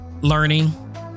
learning